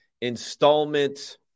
installment